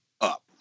up